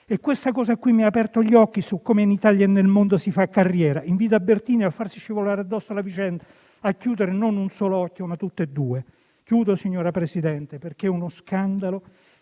e questa cosa qui mi ha aperto gli occhi su come in Italia e nel mondo si fa carriera". Invita dunque Bertini a farsi scivolare addosso la vicenda e chiudere non un solo occhio, ma tutti e due. Signor Presidente, in conclusione, è uno scandalo